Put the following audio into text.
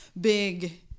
big